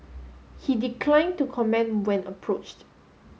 he declined to comment when approached